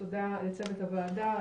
תודה לצוות הוועדה,